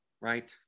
right